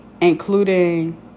including